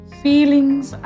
feelings